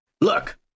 Look